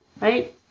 right